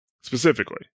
specifically